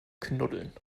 knuddeln